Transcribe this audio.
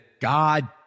God